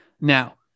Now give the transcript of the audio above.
Now